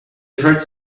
hurts